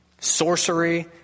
Sorcery